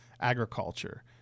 agriculture